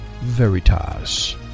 Veritas